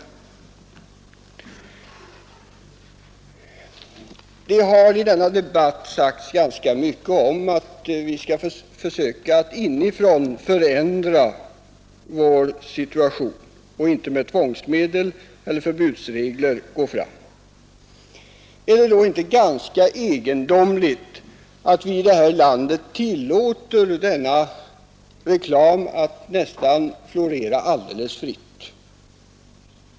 Det har i denna debatt sagts ganska mycket om att vi skall försöka att inifrån förändra vår situation och inte gå fram med tvångsmedel eller förbudsregler. Är det då inte ganska egendomligt att vi i Sverige tillåter denna reklam att florera nästan alldeles fritt?